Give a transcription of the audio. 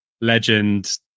legend